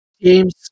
James